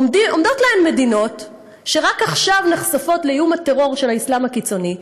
עומדות להן מדינות שרק עכשיו נחשפות לאיום הטרור של האסלאם הקיצוני,